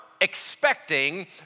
expecting